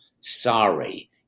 sorry